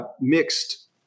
mixed